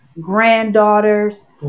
granddaughters